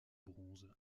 bronze